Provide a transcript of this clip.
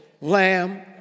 Lamb